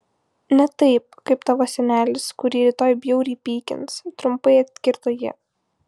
ne taip kaip tavo senelis kurį rytoj bjauriai pykins trumpai atkirto ji